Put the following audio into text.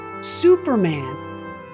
Superman